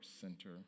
center